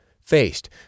faced